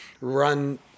run